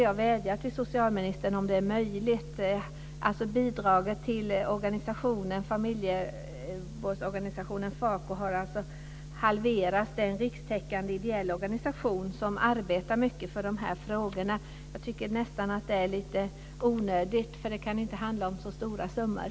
Jag vädjar till socialministern; bidraget till Familjevårdens Centralorganisation, FaCO, har halverats. Det är en rikstäckande ideell organisation som arbetar mycket för dessa frågor. Detta var onödigt, för det kan inte handla om så stora summor.